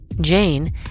Jane